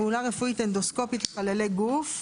פעולה רפואית אנדוסקופית לחללי גוף,